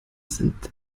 sind